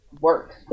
work